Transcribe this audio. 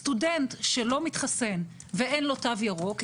סטודנט שלא מתחסן ואין לו תו ירוק,